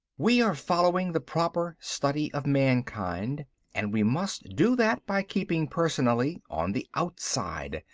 we are following the proper study of mankind and we must do that by keeping personally on the outside,